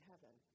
heaven